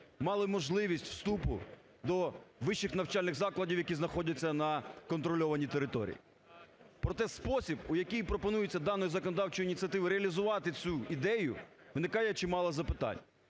мали можливість вступу до вищих навчальних закладів, які знаходяться на контрольованій території. Проте спосіб у який пропонується дану законодавчу ініціативу реалізувати цю ідею виникає чимало запитань.